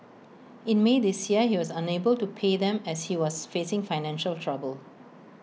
in may this year he was unable to pay them as he was facing financial trouble